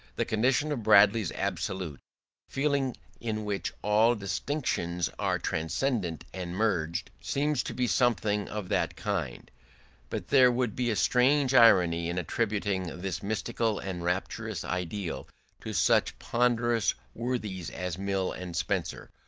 the condition of bradley's absolute feeling in which all distinctions are transcended and merged seems to be something of that kind but there would be a strange irony in attributing this mystical and rapturous ideal to such ponderous worthies as mill and spencer,